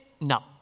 No